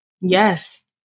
Yes